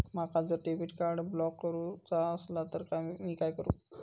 माका जर debit card block करूचा असला तर मी काय करू?